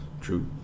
True